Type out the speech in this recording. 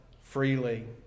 freely